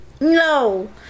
No